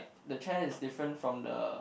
the chair is different from the